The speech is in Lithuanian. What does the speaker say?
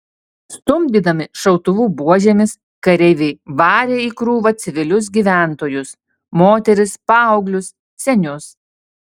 stumdydami šautuvų buožėmis kareiviai varė į krūvą civilius gyventojus moteris paauglius senius